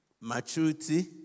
maturity